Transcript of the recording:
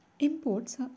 Imports